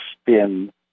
spin